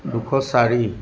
দুশ চাৰি